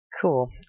Cool